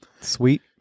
sweet